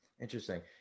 interesting